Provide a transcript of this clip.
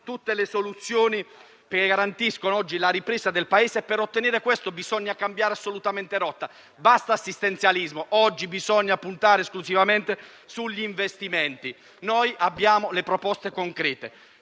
tutte le soluzioni che garantiscono la ripresa del Paese. Per ottenere questo bisogna cambiare assolutamente rotta: basta assistenzialismo. Oggi bisogna puntare esclusivamente sugli investimenti. Noi abbiamo le proposte concrete.